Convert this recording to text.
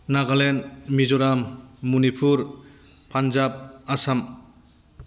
Nagaland Mizoram Manipur Punjab Assam